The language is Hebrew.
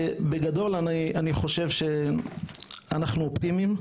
בגדול, אני חושב שאנחנו אופטימיים.